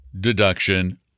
deduction